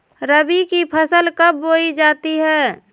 रबी की फसल कब बोई जाती है?